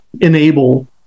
enable